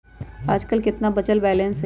आज केतना बचल बैलेंस हई?